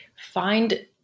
find